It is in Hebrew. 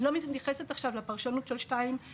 אני לא נכנסת עכשיו לפרשנות עכשיו של 2(א)(2),